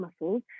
muscles